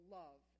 love